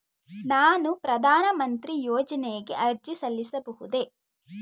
ನಾನು ಪ್ರಧಾನ ಮಂತ್ರಿ ಯೋಜನೆಗೆ ಅರ್ಜಿ ಸಲ್ಲಿಸಬಹುದೇ?